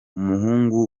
umuhungu